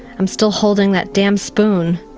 i'm still holding that damned spoon.